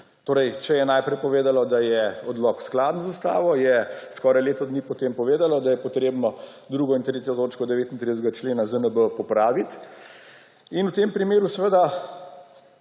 vem. Če je najprej povedalo, da je odlok skladen z ustavo, je skoraj leto dni potem povedalo, da je potrebno drugo in tretjo točko 39. člena ZNB popraviti. V tem primeru seveda